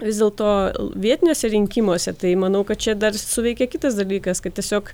vis dėlto vietiniuose rinkimuose tai manau kad čia dar suveikė kitas dalykas kaip tiesiog